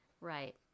Right